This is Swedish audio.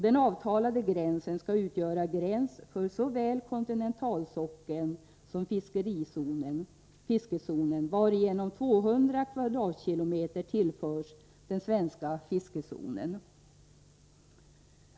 Den avtalade gränsen skall utgöra gräns för såväl kontinentalsockeln som fiskezonen, varigenom 200 km? tillförs den svenska fiskezonen.